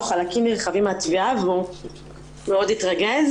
חלקים נרחבים מן התביעה והוא התרגז מאוד.